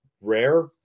rare